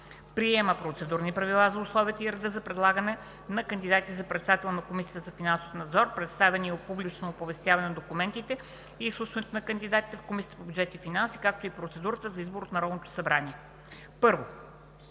на Процедурни правила за условията и реда за предлагане на кандидати за председател на Комисията за финансов надзор, представяне и публично оповестяване на документите и изслушването на кандидатите в Комисията по бюджет и финанси, както и процедурата за избор от Народното събрание